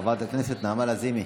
חברת הכנסת נעמה לזימי.